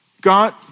God